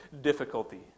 difficulty